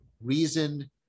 reason